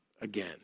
again